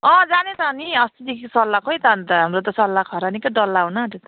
अँ जाने त अनि अस्तिको सल्लाह खोइ त अन्त हाम्रो त सल्लाह खरानीकै डल्ला हुनु आँट्यो त